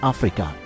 Africa